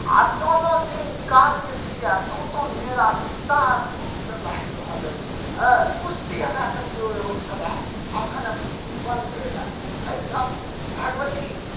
आब जँ जँ दिन विकास केलकै यए त्योँ त्योँ मेला विस्तार रूप सॅं लागि रहल अछि एँ कुश्ती हमरा सभके होइ छेलै अखन आब कुश्ती बन्द भेल है एहिठाम भगवती